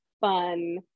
fun